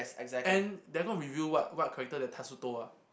and they have not reveal what what character the Tatsuto ah